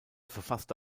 verfasste